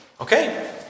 Okay